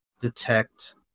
detect